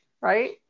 right